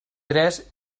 tres